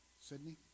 Sydney